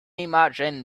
imagine